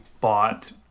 bought